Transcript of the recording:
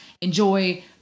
enjoy